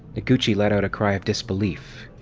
noguchi let out a cry of disbelief.